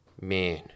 Man